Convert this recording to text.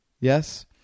Yes